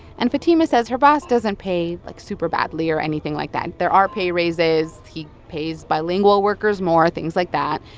and fatima says her boss doesn't pay, like, super badly or anything like that. there are pay raises. he pays bilingual workers more things like that.